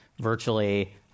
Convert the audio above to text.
virtually